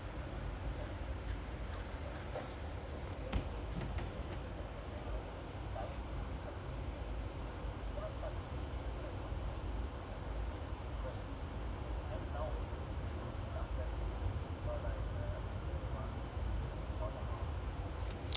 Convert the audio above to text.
ya it's like no because like I think அந்த பெரு வந்து:andha paeru vandhu T_V leh நிறைய பேரு பண்ண பாக்குறாங்க:niraya paeru panna paakkuraanga like time like it's like he cannot start the same place so like consistency குட இல்ல:kuda illa is quite and now so there so many problems last time bigala இல்ல அப்புறம் இப்போ:illa appuram ippo ronaldo like and on and off